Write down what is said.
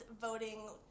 voting